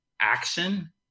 action